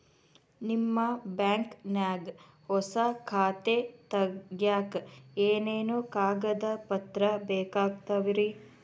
ನಿಮ್ಮ ಬ್ಯಾಂಕ್ ನ್ಯಾಗ್ ಹೊಸಾ ಖಾತೆ ತಗ್ಯಾಕ್ ಏನೇನು ಕಾಗದ ಪತ್ರ ಬೇಕಾಗ್ತಾವ್ರಿ?